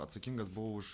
atsakingas buvau už